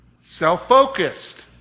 Self-focused